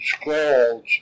scrolls